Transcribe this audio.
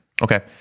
Okay